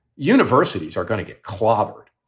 universities are going to get clobbered.